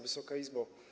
Wysoka Izbo!